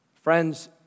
Friends